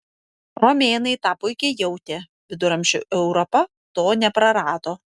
romėnai tą puikiai jautė viduramžių europa to neprarado